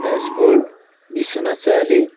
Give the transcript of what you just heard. Tezpur Biswanath Chariali